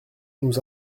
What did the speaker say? nous